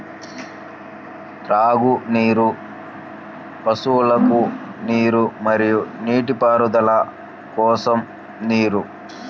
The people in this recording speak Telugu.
త్రాగునీరు, పశువులకు నీరు మరియు నీటిపారుదల కోసం నీరు